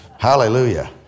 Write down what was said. Hallelujah